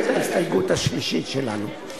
(2)